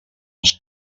els